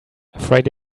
afraid